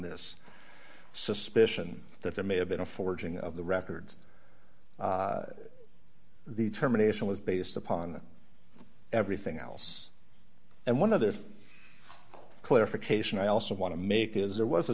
this suspicion that there may have been a forging of the records the terminations based upon everything else and one of the clarification i also want to make is there was a